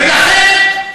ולכן,